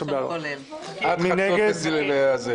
מי נגד?